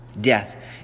Death